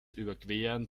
überqueren